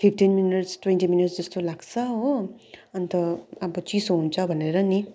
fifteen minutes twenty minutes जस्तो लाग्छ हो अन्त अब चिसो हुन्छ भनेर नि